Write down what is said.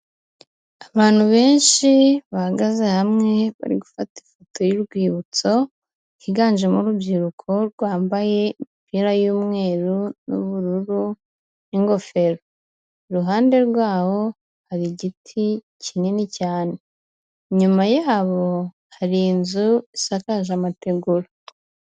Abantu benshi bahagaze hamwe, bari gufata ifoto y'urwibutso, higanjemo urubyiruko rwambaye imipira y'umweru n'ubururu n'ingofero, iruhande rwabo hari igiti kinini cyane, inyuma yabo hari inzu isakaje amategura.